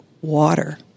water